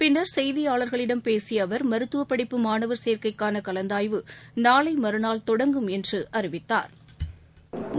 பின்னர் செய்தியாளர்களிடம் பேசியஅவர் மருத்துவபடிப்பு மாணவர் சேக்கைக்கானகலந்தாய்வு நாளைமறுநாள் தொடங்கும் என்றுஅறிவித்தாா்